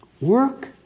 work